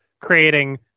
creating